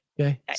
Okay